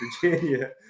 Virginia